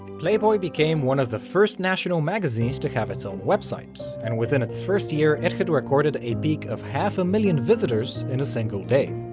playboy became one of the first national magazines to have its own web site, and within its first year it had recorded a peak of half a million visitors in a single day.